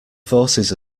forces